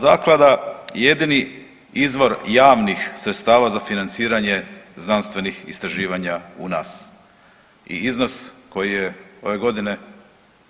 Zaklada je jedini izvor jedini izvor javnih sredstava za financiranje znanstvenih istraživanja u nas i iznos koji je ove godine